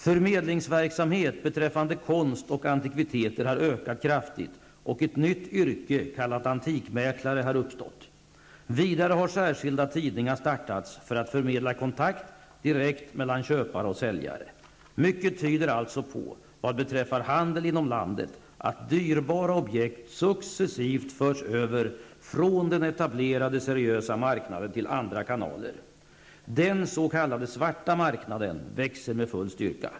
Förmedlingsverksamheten beträffande konst och antikviteter har ökat kraftigt, och ett nytt yrke, kallat antikmäklare, har uppstått. Vidare har särskilda tidningar startats för att förmedla direkta kontakter mellan köpare och säljare. Vad beträffar handeln inom landet tyder mycket alltså på att dyrbara objekt successivt förs över från den etablerade seriösa marknaden till andra kanaler. Den s.k. svarta marknaden växer med full styrka.